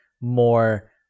more